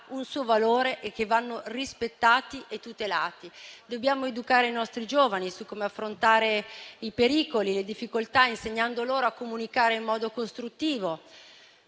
un suo valore, che vanno rispettati e tutelati. Dobbiamo educare i nostri giovani su come affrontare i pericoli e le difficoltà, insegnando loro a comunicare in modo costruttivo.